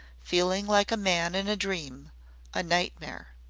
feeling like a man in a dream a nightmare.